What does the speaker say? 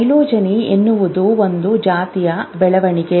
phylogeny ಎನ್ನುವುದು ಒಂದು ಜಾತಿಯ ಬೆಳವಣಿಗೆ